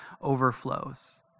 overflows